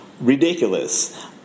ridiculous